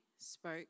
spoke